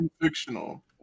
fictional